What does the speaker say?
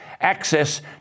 access